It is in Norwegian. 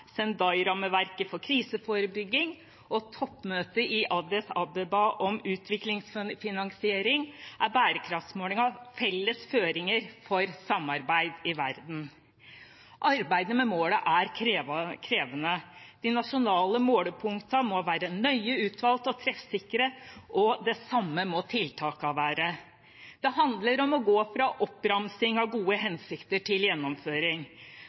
for kriseforebygging og toppmøtet i Addis Abeba om utviklingsfinansiering er bærekraftsmålene felles føringer for samarbeid i verden. Arbeidet med målene er krevende. De nasjonale målepunktene må være nøye utvalgt og treffsikre, og det samme må tiltakene være. Det handler om å gå fra oppramsing av gode hensikter til gjennomføring.